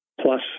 plus